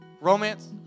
Romance